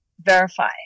verify